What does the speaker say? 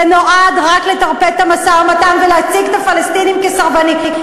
זה נועד רק לטרפד את המשא-ומתן ולהציג את הפלסטינים כסרבנים.